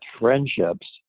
friendships